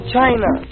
China